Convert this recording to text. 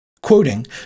Quoting